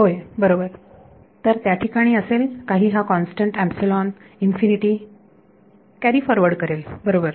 होय बरोबर तर त्याठिकाणी असेल काही हा constant epsilon infinity carry forward करेल बरोबर